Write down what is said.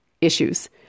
issues